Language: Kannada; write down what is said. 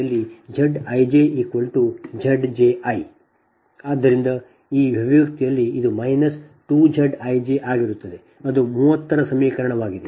ಆದ್ದರಿಂದ ಈ ಅಭಿವ್ಯಕ್ತಿಯಲ್ಲಿ ಇದು ಮೈನಸ್ 2Z ij ಆಗಿರುತ್ತದೆ ಅದು 30 ರ ಸಮೀಕರಣವಾಗಿದೆ